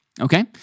okay